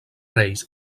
reis